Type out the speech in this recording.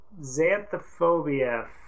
Xanthophobia